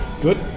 Good